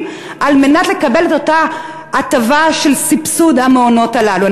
על מנת לקבל את אותה הטבה של סבסוד המעונות הללו.